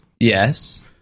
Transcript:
Yes